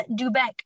Dubeck